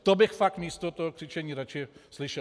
To bych fakt místo toho křičení radši slyšel.